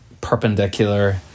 perpendicular